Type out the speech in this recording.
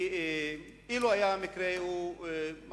כי אילו היה המצב הפוך,